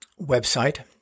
website